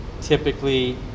typically